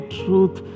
truth